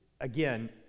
Again